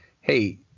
hey